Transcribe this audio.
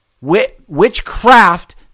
witchcraft